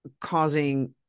causing